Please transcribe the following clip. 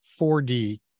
4d